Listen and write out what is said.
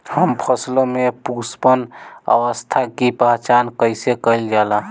हम फसलों में पुष्पन अवस्था की पहचान कईसे कईल जाला?